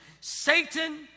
Satan